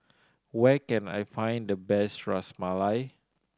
where can I find the best Ras Malai